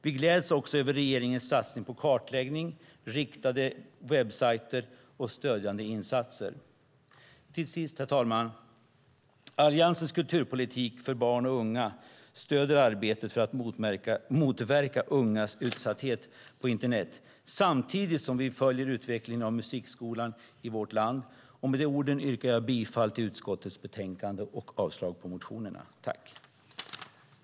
Vi gläds också över regeringens satsningar på kartläggning, riktade webbsajter och stödjande insatser. Till sist, herr talman, vill jag säga att Alliansens kulturpolitik för barn och unga stöder arbetet för att motverka ungas utsatthet på internet samtidigt som vi följer utvecklingen av musikskolan i vårt land. Med de orden yrkar jag bifall till utskottets förslag och avslag på motionerna. I detta anförande instämde Anne Marie Brodén , Ulf Nilsson och Per Lodenius .